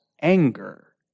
anger